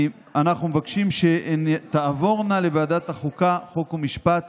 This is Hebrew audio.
אנחנו מבקשים שתעבורנה לוועדת החוקה, חוק ומשפט